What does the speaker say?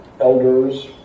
elders